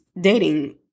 dating